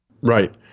Right